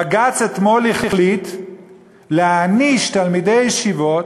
בג"ץ החליט אתמול להעניש תלמידי ישיבות